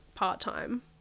part-time